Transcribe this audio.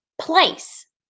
place